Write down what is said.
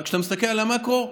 כשאתה מסתכל על המקרו,